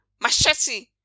machete